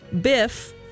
Biff